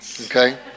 Okay